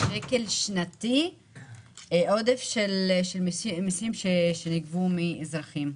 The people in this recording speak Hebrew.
שקל שנתי עודף של מיסים שנגבו מאזרחים.